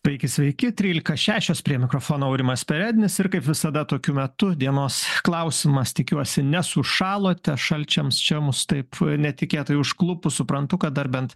taigi sveiki trylika šešios prie mikrofono aurimas perednis ir kaip visada tokiu metu dienos klausimas tikiuosi nesušalote šalčiams čia mus taip netikėtai užklupus suprantu kad dar bent